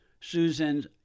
Susan's